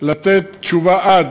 לתת תשובה עד,